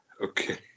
okay